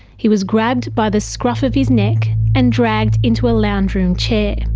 he was grabbed by the scruff of his neck and dragged into a lounge room chair.